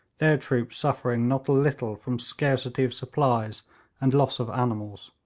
their troops suffering not a little from scarcity of supplies and loss of animals.